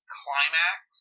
climax